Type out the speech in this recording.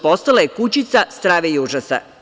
Postala je kućica strave i užasa.